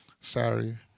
Sorry